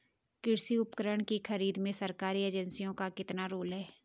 कृषि उपकरण की खरीद में सरकारी एजेंसियों का कितना रोल है?